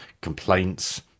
complaints